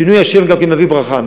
שינוי השם גם כן מביא ברכה.